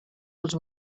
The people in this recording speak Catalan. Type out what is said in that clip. als